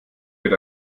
wird